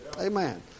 Amen